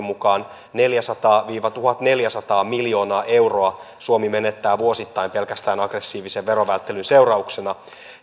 mukaan neljäsataa viiva tuhatneljäsataa miljoonaa euroa suomi menettää vuosittain pelkästään aggressiivisen verovälttelyn seurauksena